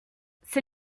c’est